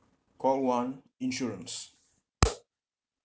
call one insurance